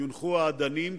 שיונחו האדנים,